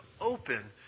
open